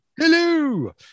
hello